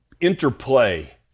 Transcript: interplay